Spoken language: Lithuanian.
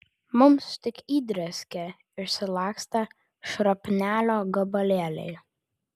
mums tik įdrėskė išsilakstę šrapnelio gabalėliai